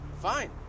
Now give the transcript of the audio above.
Fine